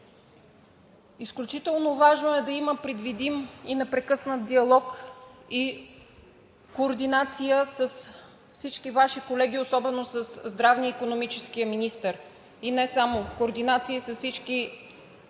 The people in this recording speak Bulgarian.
Изключително важно е да има предвидим и непрекъснат диалог и координация с всички Ваши колеги, особено със здравния и икономическия министър, и не само. Координация с всички